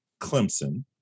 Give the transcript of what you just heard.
Clemson